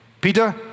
Peter